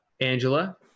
Angela